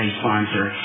sponsor